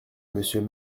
monsieur